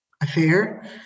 affair